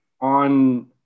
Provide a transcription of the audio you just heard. on